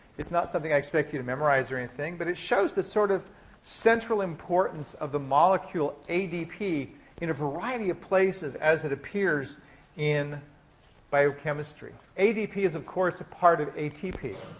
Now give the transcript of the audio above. it's not something i expect you to memorize or anything, but it shows the sort of central importance of the molecule adp in a variety of places, as it appears in biochemistry. adp is, of course, a part of atp.